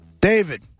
David